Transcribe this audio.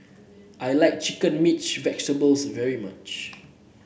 I like chicken mixed vegetables very much